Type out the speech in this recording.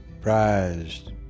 prized